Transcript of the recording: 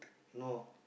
no